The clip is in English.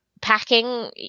packing